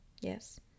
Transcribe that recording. Yes